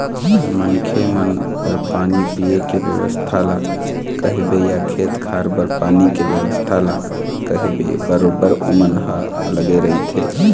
मनखे मन बर पानी पीए के बेवस्था ल कहिबे या खेत खार बर पानी के बेवस्था ल कहिबे बरोबर ओमन ह लगे रहिथे